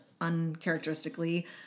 Uncharacteristically